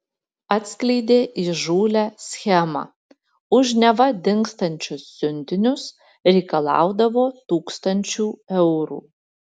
atskleidė įžūlią schemą už neva dingstančius siuntinius reikalaudavo tūkstančių eurų